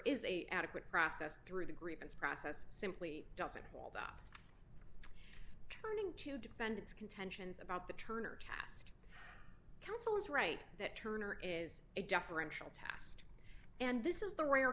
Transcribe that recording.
is a adequate process through the grievance process simply doesn't hold up turning to defendant's contentions about the turner caste council is right that turner is a deferential tast and this is the rare